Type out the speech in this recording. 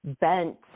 bent